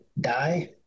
die